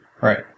Right